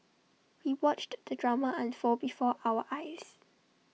we watched the drama unfold before our eyes